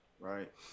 right